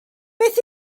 beth